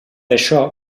això